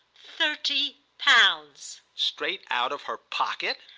thirty pounds. straight out of her pocket?